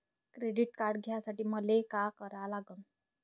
Credit card घ्यासाठी मले का करा लागन?